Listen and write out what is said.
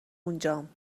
اونجام